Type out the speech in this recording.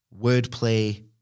wordplay